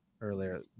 earlier